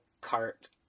cart